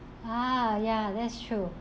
ah ya that's true